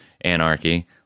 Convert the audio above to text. anarchy